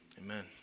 amen